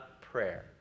prayer